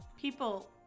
People